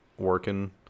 working